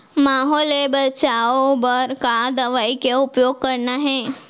माहो ले बचाओ बर का दवई के उपयोग करना हे?